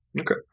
Okay